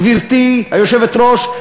גברתי היושבת-ראש,